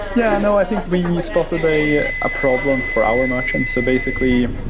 yeah. no, i think we spotted a ah ah problem for our merchants. so basically,